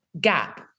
gap